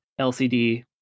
LCD